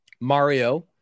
Mario